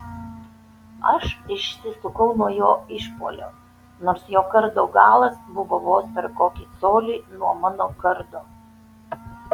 aš išsisukau nuo jo išpuolio nors jo kardo galas buvo vos per kokį colį nuo mano kardo